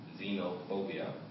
xenophobia